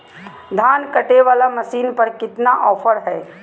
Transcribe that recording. धान कटे बाला मसीन पर कतना ऑफर हाय?